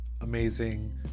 amazing